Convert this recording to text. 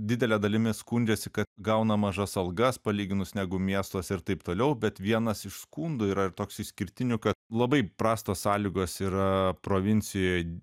didele dalimi skundžiasi kad gauna mažas algas palyginus negu miestuose ir taip toliau bet vienas iš skundų yra ir toks išskirtinių kad labai prastos sąlygos yra provincijoj